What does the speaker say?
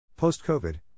Post-COVID